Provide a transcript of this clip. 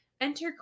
Enter